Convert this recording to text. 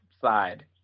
side